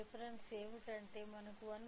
difference ఏమిటంటే మనకు 1